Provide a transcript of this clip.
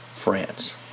France